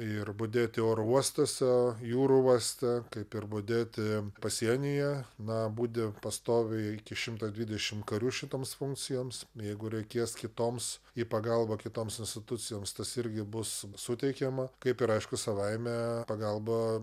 ir budėti oro uostuose jūrų uoste kaip ir budėti pasienyje na budi pastoviai iki šimto dvidešimt karių šitoms funkcijoms jeigu reikės kitoms į pagalbą kitoms institucijoms tas irgi bus suteikiama kaip ir aišku savaime pagalbą